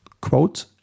Quote